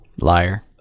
liar